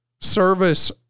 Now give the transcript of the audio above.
service